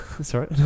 sorry